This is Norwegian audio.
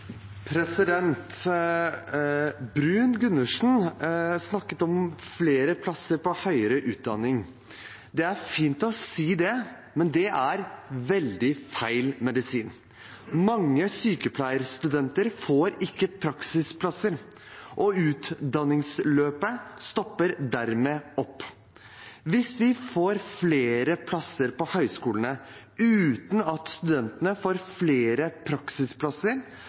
fint å si det, men det er veldig feil medisin. Mange sykepleierstudenter får ikke praksisplass, og utdanningsløpet stopper dermed opp. Hvis vi får flere plasser på høyskolene uten at studentene får flere praksisplasser,